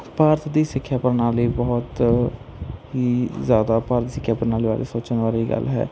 ਭਾਰਤ ਦੀ ਸਿੱਖਿਆ ਪ੍ਰਣਾਲੀ ਬਹੁਤ ਹੀ ਜ਼ਿਆਦਾ ਭਾਰਤ ਦੀ ਸਿੱਖਿਆ ਪ੍ਰਣਾਲੀ ਬਾਰੇ ਸੋਚਣ ਵਾਲੀ ਗੱਲ ਹੈ